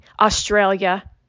Australia